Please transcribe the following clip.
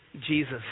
Jesus